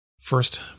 first